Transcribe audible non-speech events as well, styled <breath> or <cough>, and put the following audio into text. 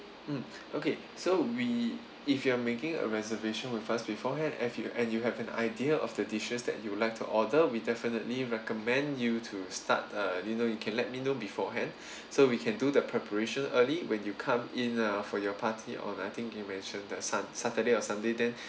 mm okay so we if you are making a reservation with us beforehand f~ you and you have an idea of the dishes that you would like to order we definitely recommend you to start uh you know you can let me know beforehand <breath> so we can do the preparation early when you come in uh for your party on I think you mentioned that sun~ saturday or sunday then